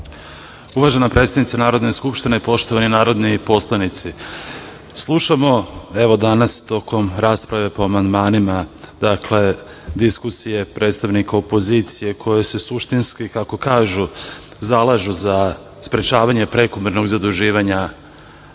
Uvažena predsednice Narodne skupštine, poštovani narodni poslanici, slušamo, evo danas tokom rasprave o amandmanima. Dakle, diskusije predstavnika opozicije koji su suštinski, kako kažu, zalažu za sprečavanje prekomernog zaduživanja